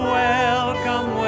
welcome